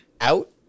out